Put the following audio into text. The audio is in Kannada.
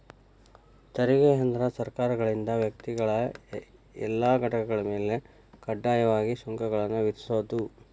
ತೆರಿಗೆ ಅಂದ್ರ ಸರ್ಕಾರಗಳಿಂದ ವ್ಯಕ್ತಿಗಳ ಇಲ್ಲಾ ಘಟಕಗಳ ಮ್ಯಾಲೆ ಕಡ್ಡಾಯವಾಗಿ ಸುಂಕಗಳನ್ನ ವಿಧಿಸೋದ್